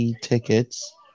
tickets